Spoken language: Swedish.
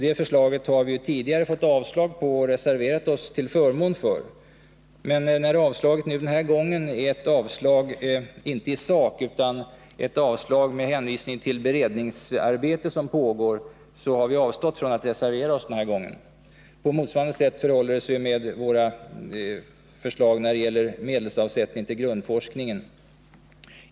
Detta förslag har vi tidigare fått avslag på och reserverat oss till förmån för. Då avstyrkan denna gång endast sker med hänvisning till beredningsarbete som pågår och således ej är en avstyrkan i sak, har vi avstått från att reservera oss. På motsvarande sätt förhåller det sig med vårt förslag om medelsavsättning till grundforskningen.